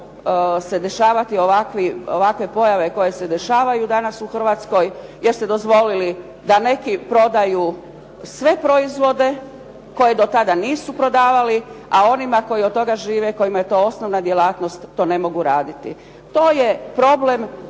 se događati ovakve pojave koje se dešavaju danas u Hrvatskoj, jer ste dozvolili da neki prodaju sve proizvode, koje do tada nisu prodavali, a onima koji od toga žive, kojima je to osnovna djelatnost to ne mogu raditi. To je problem